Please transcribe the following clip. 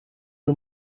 uri